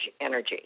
energy